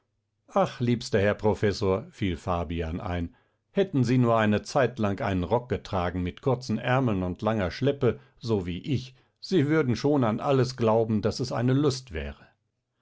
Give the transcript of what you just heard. ach liebster herr professor fiel fabian ein hätten sie nur eine zeitlang einen rock getragen mit kurzen ärmeln und langer schleppe so wie ich sie würden schon an alles glauben daß es eine lust wäre